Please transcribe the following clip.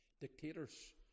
dictators